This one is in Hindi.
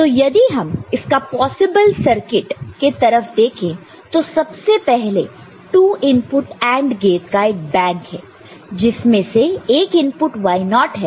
तो यदि हम इसका पॉसिबल सर्किट के तरफ देखे तो सबसे पहले 2 इनपुट AND गेट का एक बैंक है जिसमें से एक इनपुट y0 है